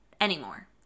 anymore